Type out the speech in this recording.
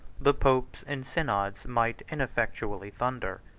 the popes and synods might ineffectually thunder.